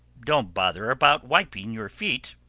don't bother about wiping your feet.